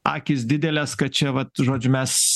akys didelės kad čia vat žodžiu mes